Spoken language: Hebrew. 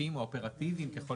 לסעיפים האופרטיביים ככל